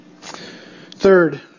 Third